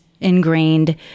ingrained